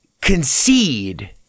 concede